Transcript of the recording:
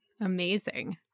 Amazing